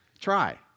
Try